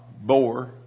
bore